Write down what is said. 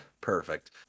perfect